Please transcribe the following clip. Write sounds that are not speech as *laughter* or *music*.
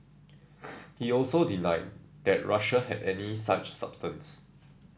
*noise* he also denied that Russia had any such substance